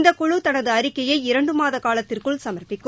இந்த குழு தனது அறிக்கையை இரண்டு மாத காலத்திற்குள் சம்ப்பிக்கும்